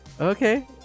okay